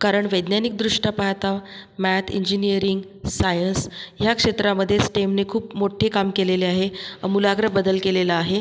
कारण वैज्ञानिकदृष्ट्या पाहता मॅथ इंजिनियरिंग सायन्स ह्या क्षेत्रामध्ये स्टेमने खूप मोठ्ठे काम केलेले आहे आमूलाग्र बदल केलेला आहे